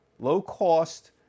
low-cost